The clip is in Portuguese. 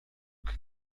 que